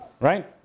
right